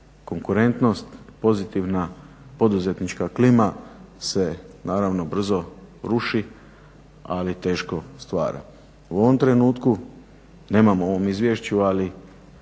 konkurentnost, pozitivna poduzetnička klima se naravno brzo ruši ali teško stvara. U ovom trenutku nemamo u ovom Izvješću, ali